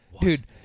Dude